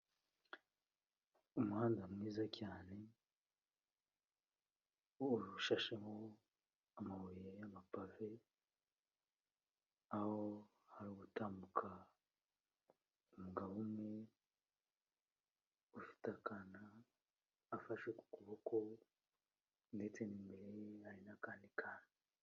Umuhanda mwiza cyane ushashemo amabuye y'amapave. Aho harigutambuka umugabo umwe ufite akana afashe ku kuboko, ndetse n'imbere ye hari n'akandi kana.